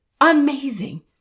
amazing